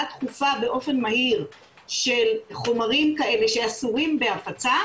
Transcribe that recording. דחופה באופן מהיר של חומרים כאלה שאסורים בהפצה,